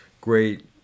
great